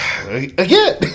Again